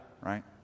right